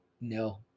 No